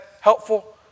helpful